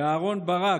ואהרן ברק,